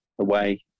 away